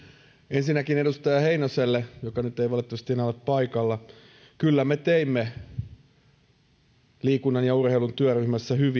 ensinnäkin edustaja heinoselle joka nyt ei valitettavasti enää ole paikalla kyllä me teimme hyviä esityksiä liikunnan ja urheilun työryhmässä